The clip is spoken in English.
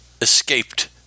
escaped